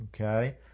okay